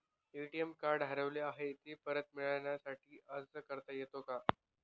ATM card हरवले आहे, ते परत मिळण्यासाठी अर्ज करता येतो का?